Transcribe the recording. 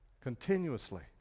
continuously